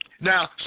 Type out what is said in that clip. Now